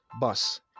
Bus